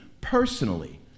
personally